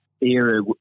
era